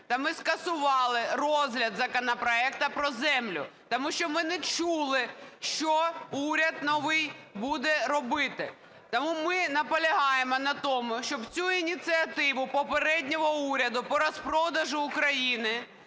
ми скасували розгляд законопроекту про землю. Тому що ми не чули, що уряд новий буде робити. Тому ми наполягаємо на тому, щоб цю ініціативу попереднього уряду по розпродажу України